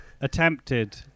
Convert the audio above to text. Attempted